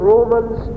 Romans